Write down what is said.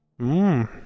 Mmm